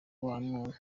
w’umuntu